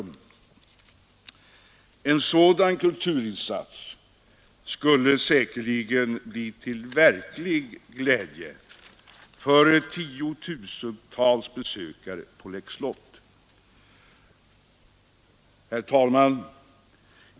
En sådan kulturinsats skulle säkerligen bli till verklig glädje för 10 000-tals besökare på Läckö slott.